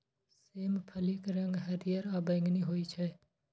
सेम फलीक रंग हरियर आ बैंगनी होइ छै